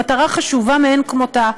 מטרה חשובה מאין כמותה,